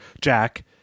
Jack